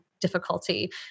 difficulty